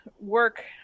work